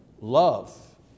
love